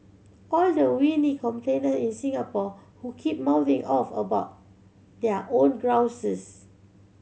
all the whiny complainer in Singapore who keep mouthing off about their own grouses